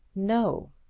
no,